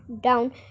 down